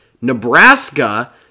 Nebraska